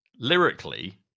Lyrically